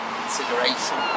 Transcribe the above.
consideration